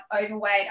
overweight